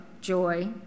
joy